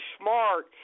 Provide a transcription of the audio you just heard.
smart